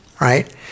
right